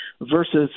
versus